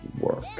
work